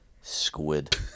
squid